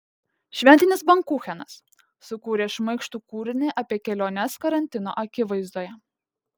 šventinis bankuchenas sukūrė šmaikštų kūrinį apie keliones karantino akivaizdoje